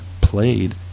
played